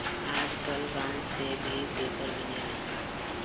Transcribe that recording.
आजकल बांस से भी पेपर बनेला